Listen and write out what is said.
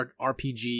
RPG